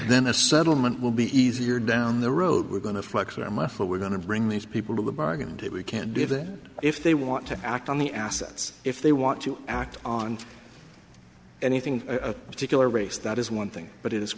then a settlement will be easier down the road we're going to flex their muscle we're going to bring these people to bargain and we can't do that if they want to act on the assets if they want to act on anything a particular race that is one thing but it is